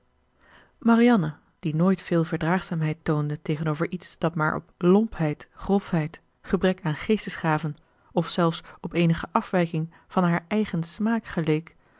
marianne die nooit veel verdraagzaamheid toonde tegenover iets dat maar op lompheid grofheid gebrek aan geestesgaven of zelfs op eenige afwijking van haar eigen smaak geleek